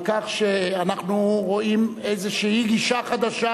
על כך שאנחנו רואים איזושהי גישה חדשה